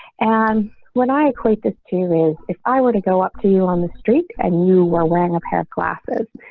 and what i equate this to is, if i were to go up to you on the street and you were wearing a pair of glasses.